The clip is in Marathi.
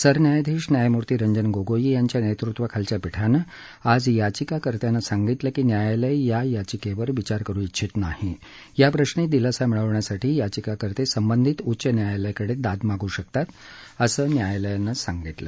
सरन्यायाधीश न्यायमूर्ती रंजन गोगोई यांच्या नेतृत्वाखालच्या पीठानं आज याचिकाकर्त्यांना सांगितलं की न्यायालय या याचिकेवर विचार करु याचिकाकर्ते संबंधित उच्च न्यायालयाकडे दाद मागू शकतात असं न्यायालयानं सांगितलं